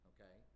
Okay